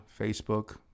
Facebook